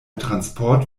transport